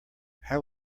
how